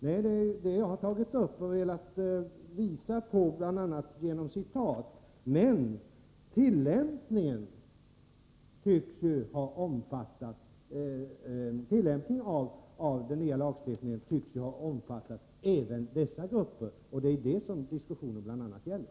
Det är vad jag har tagit upp och velat påvisa genom bl.a. citat, men tillämpningen av den nya lagstiftningen tycks ha omfattat även dessa grupper. Det är det som diskussionen bl.a. gäller.